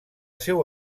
seu